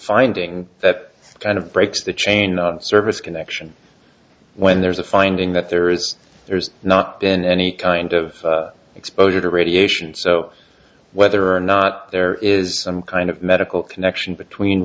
finding that kind of breaks the chain of service connection when there's a finding that there is there's not been any kind of exposure to radiation so whether or not there is some kind of medical connection between